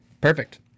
Perfect